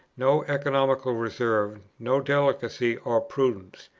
no economical reserve, no delicacy or prudence.